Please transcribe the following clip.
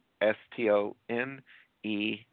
S-T-O-N-E